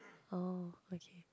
oh okay